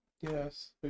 Yes